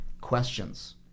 questions